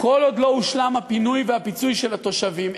כל עוד לא הושלם הפינוי והפיצוי של התושבים,